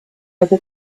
other